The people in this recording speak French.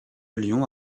lyon